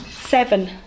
Seven